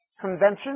Convention